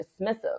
dismissive